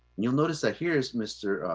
you'll notice that here's mr.